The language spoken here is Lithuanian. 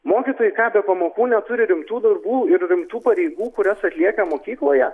mokytojai ką be pamokų neturi rimtų darbų ir rimtų pareigų kurias atlieka mokykloje